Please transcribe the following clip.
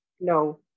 No